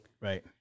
Right